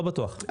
לא בטוח.